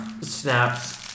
snaps